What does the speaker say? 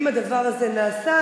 אם הדבר הזה נעשה,